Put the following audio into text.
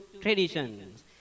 traditions